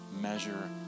measure